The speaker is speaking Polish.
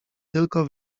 tylko